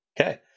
Okay